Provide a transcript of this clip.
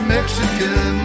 Mexican